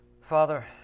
Father